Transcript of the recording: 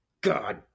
God